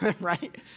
right